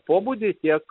pobūdį tiek